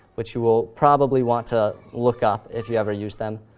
which you will probably want to look up if you ever use them.